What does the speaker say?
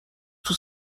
توی